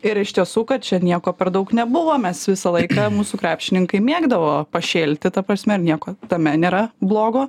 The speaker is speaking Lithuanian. ir iš tiesų kad čia nieko per daug nebuvo mes visą laiką mūsų krepšininkai mėgdavo pašėlti ta prasme ir nieko tame nėra blogo